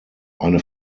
eine